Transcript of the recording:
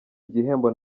igihembo